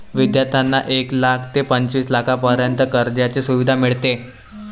विद्यार्थ्यांना एक लाख ते पंचवीस लाखांपर्यंत कर्जाची सुविधा मिळते